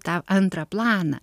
tą antrą planą